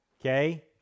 okay